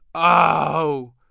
ah oh,